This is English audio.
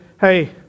hey